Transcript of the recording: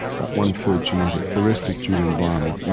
about one-third genetic. the rest is due to environment.